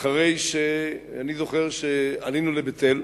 ואחרי שאני זוכר שעלינו לבית-אל,